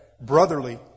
brotherly